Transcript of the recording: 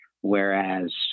whereas